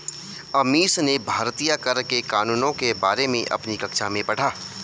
अमीश ने भारतीय कर के कानूनों के बारे में अपनी कक्षा में पढ़ा